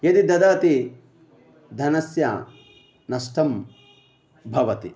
यदि ददाति धनं नष्टं भवति